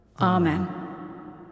Amen